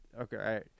okay